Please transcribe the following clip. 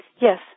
Yes